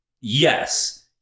yes